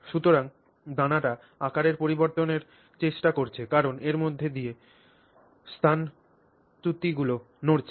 সুতরাং দানাটি আকারের পরিবর্তনের চেষ্টা করছে কারণ এর মধ্যে দিয়ে স্থানচ্যুতিগুলো নড়ছে